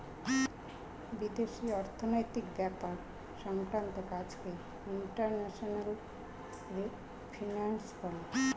বিদেশি অর্থনৈতিক ব্যাপার সংক্রান্ত কাজকে ইন্টারন্যাশনাল ফিন্যান্স বলে